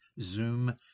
Zoom